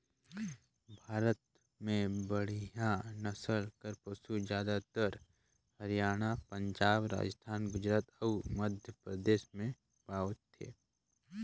भारत में बड़िहा नसल कर पसु जादातर हरयाना, पंजाब, राजिस्थान, गुजरात अउ मध्यपरदेस में पवाथे